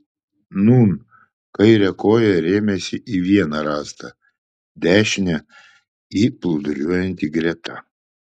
nūn kaire koja rėmėsi į vieną rąstą dešine į plūduriuojantį greta